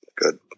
Good